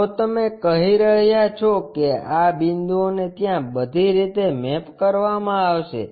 જો તમે કહી રહ્યા છો કે આ બિંદુઓને ત્યાં બધી રીતે મેપ કરવામાં આવશે